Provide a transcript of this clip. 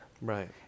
Right